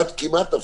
עד כמעט אפסי.